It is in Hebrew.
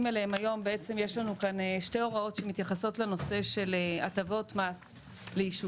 בעצם יש לנו כאן שתי הוראות שמתייחסות לנושא של הטבות מס לישובים,